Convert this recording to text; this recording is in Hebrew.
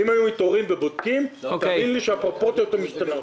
אם היו מתעוררים ובודקים תאמין לי שהפרופורציות היו משתנות.